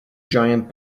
giant